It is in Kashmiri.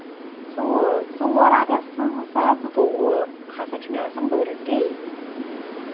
ژور ژور اگست زٕ ساس زٕتووُہ ہسا چھُ مےٚ آسان بٔرتھ ڈے